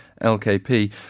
LKP